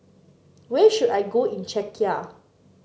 where should I go in Czechia